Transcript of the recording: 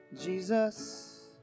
Jesus